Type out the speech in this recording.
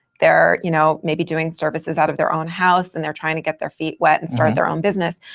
they're you know maybe doing services out of their own house, and they're trying to get their feet wet and start their own business.